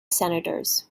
senators